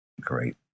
great